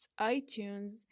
iTunes